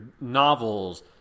novels